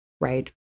Right